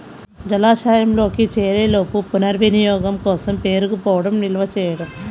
జలాశయంలోకి చేరేలోపు పునర్వినియోగం కోసం పేరుకుపోవడం నిల్వ చేయడం